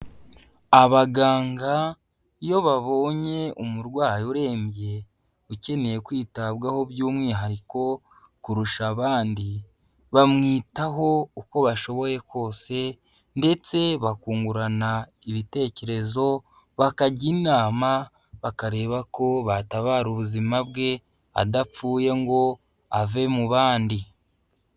Abaganga iyo babonye umurwayi urembye ukeneye kwitabwaho by'umwihariko kurusha abandi, bamwitaho uko bashoboye kose ndetse bakungurana ibitekerezo, bakajya inama bakareba ko batabara ubuzima bwe adapfuye ngo ave mu bandi.